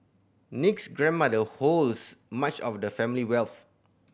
Nick's grandmother holds much of the family wealth